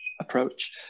approach